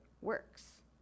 works